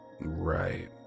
Right